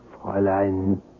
Fräulein